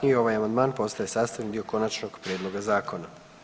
I ovaj amandman postaje sastavni dio konačnog prijedloga zakona.